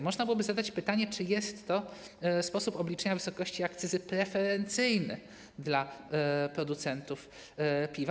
Można byłoby zadać pytanie, czy jest to sposób obliczenia wysokości akcyzy preferencyjny dla producentów piwa.